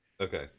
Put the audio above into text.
Okay